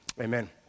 amen